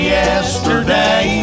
yesterday